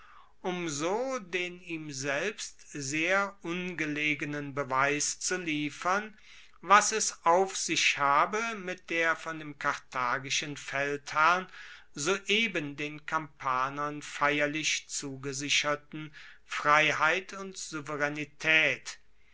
um so den ihm selbst sehr ungelegenen beweis zu liefern was es auf sich habe mit der von dem karthagischen feldherrn soeben den kampanern feierlich zugesicherten freiheit und